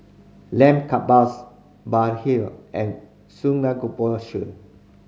Lamb Kebabs Bar hill and Samgeyopsal